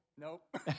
Nope